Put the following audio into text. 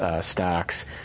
stocks